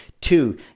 two